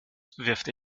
wirft